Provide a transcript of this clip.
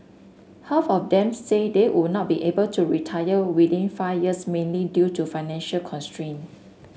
half of them say they would not be able to retire within five years mainly due to financial constraint